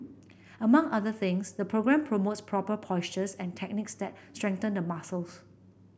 among other things the programme promotes proper postures and techniques that strengthen the muscles